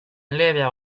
列表